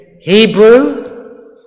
Hebrew